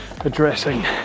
addressing